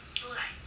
hmm